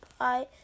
Hi